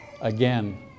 again